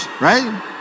Right